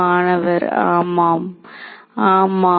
மாணவர் ஆமாம் ஆமாம்